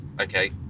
okay